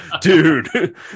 dude